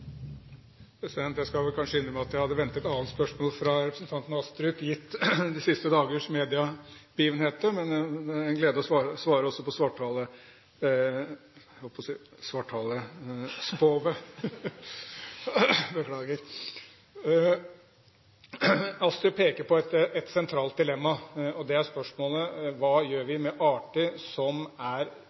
Jeg skal vel kanskje innrømme at jeg hadde ventet et annet spørsmål fra representanten Astrup, gitt de siste dagers mediebegivenheter, men det er en glede også å svare når det gjelder svarthalespove. Astrup peker på et sentralt dilemma – spørsmålet hva vi gjør med arter som ikke er